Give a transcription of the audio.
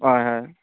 हय हय